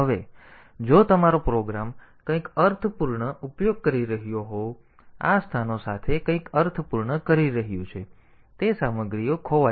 હવે જો તમારો પ્રોગ્રામ કંઈક અર્થપૂર્ણ ઉપયોગ કરી રહ્યો હોવ તો તે આ સ્થાનો સાથે કંઈક અર્થપૂર્ણ કરી રહ્યું છે તો તે સામગ્રીઓ ખોવાઈ જશે